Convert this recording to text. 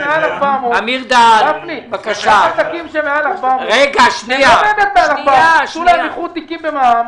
שהם מעל 400. הם לא באמת מעל 400. תנו להם איחוד תיקים במע"מ.